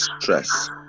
stress